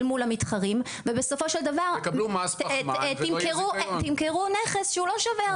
מול המתחרים ובסופו של דבר תמכרו נכס שהוא לא שווה הרבה.